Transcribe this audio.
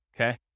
Okay